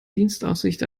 dienstaufsicht